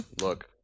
look